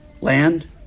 Land